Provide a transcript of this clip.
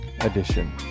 edition